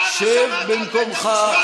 שב במקומך,